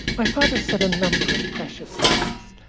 my father said a number of precious things.